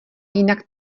jinak